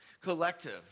collective